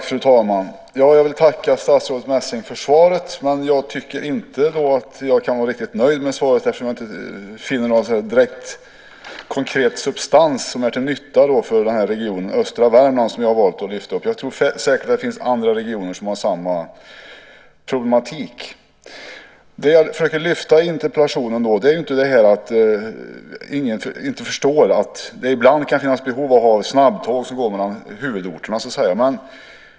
Fru talman! Jag vill tacka statsrådet Messing för svaret, men jag tycker inte att jag riktigt kan vara nöjd med svaret. Jag finner där inte någon direkt konkret substans som är till nytta för den region, östra Värmland, som jag valt att lyfta upp. Jag tror säkert att det finns andra regioner som har samma problem. Det jag har försökt lyfta fram i interpellationen är inte att man inte förstår att det ibland kan finnas behov av snabbtåg som går mellan huvudorterna.